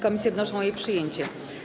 Komisje wnoszą o jej przyjęcie.